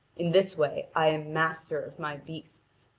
in this way i am master of my beasts.